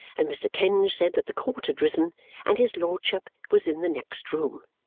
and mr. kenge said that the court had risen and his lordship was in the next room.